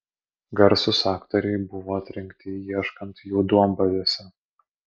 garsūs aktoriai buvo atrinkti ieškant jų duombazėse